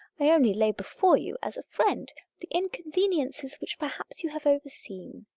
i only lay before you, as a friend, the inconveniences which perhaps you have overseen.